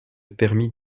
permis